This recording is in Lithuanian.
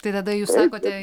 tai tada jūs sakote